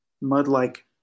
mud-like